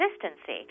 consistency